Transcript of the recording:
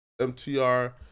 MTR